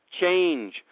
change